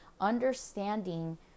understanding